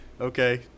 Okay